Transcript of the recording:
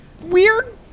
weird